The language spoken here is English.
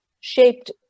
shaped